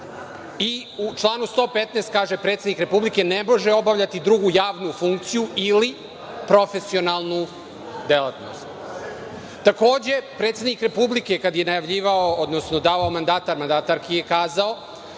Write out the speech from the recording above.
i u članu 115. kaže da predsednik ne može obavljati drugu javnu funkciju ili profesionalnu delatnost. Takođe, predsednik Republike kada je najavljivao odnosno davao mandat mandatarki je kazao